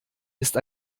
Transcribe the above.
ist